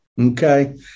Okay